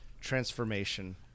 transformation